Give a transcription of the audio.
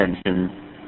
attention